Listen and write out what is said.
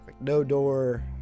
no-door